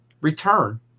return